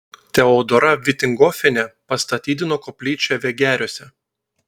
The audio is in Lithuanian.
teodora vitingofienė pastatydino koplyčią vegeriuose